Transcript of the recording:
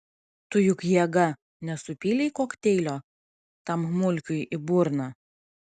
tu juk jėga nesupylei kokteilio tam mulkiui į burną